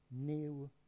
new